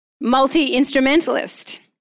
multi-instrumentalist